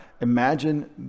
Imagine